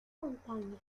montaña